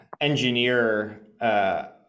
engineer